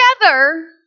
together